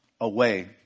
away